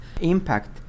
impact